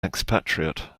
expatriate